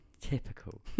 Typical